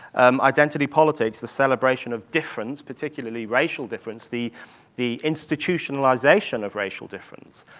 identity politics, the celebration of difference, particularly racial difference, the the institutionalization of racial difference,